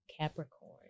Capricorn